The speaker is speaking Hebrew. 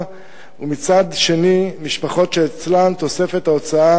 ומצד שני משפחות שאצלן תוספת ההוצאה